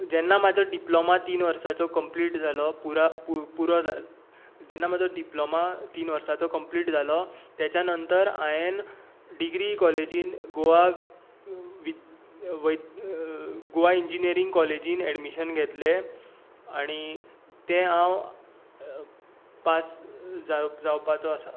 जेन्ना म्हाजो डिप्लोमा तीन वर्सांचो कंप्लिट जालो पुरा पुरो पुरो जेन्ना म्हाजो डिप्लोमा तीन वर्सांचो कंप्लिट जालो तेच्या नंतर हायेंन डिग्री कॉलेजींत गोवा वि वै इंजिनीयरिंग कॉलेजींत ऍडमीशन घेतलें आनी तें हांव पास जाव जावपाचो आसां